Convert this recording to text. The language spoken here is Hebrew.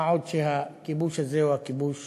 מה עוד שהכיבוש הזה, או הכיבוש